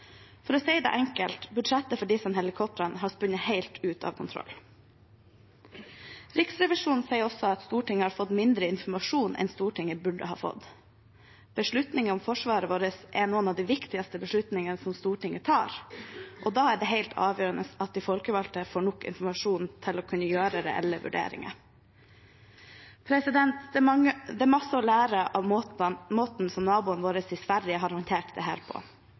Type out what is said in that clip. For å si det enkelt: Budsjettet for disse helikoptrene har spunnet helt ut av kontroll. Riksrevisjonen sier også at Stortinget har fått mindre informasjon enn Stortinget burde ha fått. Beslutninger om forsvaret vårt er noen av de viktigste beslutningene som Stortinget tar. Da er det helt avgjørende at de folkevalgte får nok informasjon til å kunne gjøre reelle vurderinger. Det er masse å lære av måten som naboen vår Sverige har håndtert dette på. Da svenskene innså at NH90 ikke ville ha fullverdig kapasitet før 2020 på